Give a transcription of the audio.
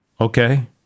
Okay